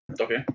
Okay